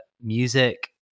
Music